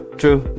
true